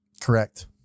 Correct